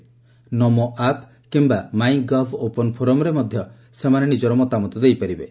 'ନମୋ app' କିମ୍ବା 'my gov' open ଫୋରମ୍ରେ ମାଧ୍ୟମରେ ମଧ୍ୟ ସେମାନେ ନିକର ମତାମତ ଦେଇପାରିବେ